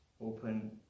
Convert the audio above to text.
open